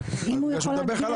אם הוא יכול להגביר את הקול.